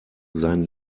sein